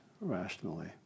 rationally